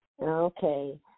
Okay